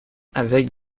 avec